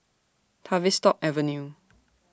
Tavistock Avenue